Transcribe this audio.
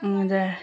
हजुर